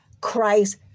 Christ